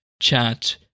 chat